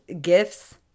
gifts